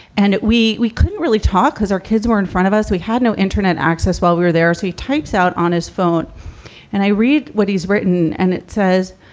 and we we couldn't really talk because our kids were in front of us. we had no internet access while we were there. as he types out on his phone and i read what he's written and it says,